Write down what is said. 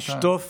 "תשטוף